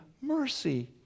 mercy